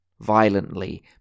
violently